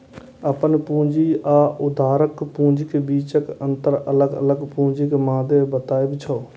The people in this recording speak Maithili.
अपन पूंजी आ उधारक पूंजीक बीचक अंतर अलग अलग पूंजीक मादे बतबै छै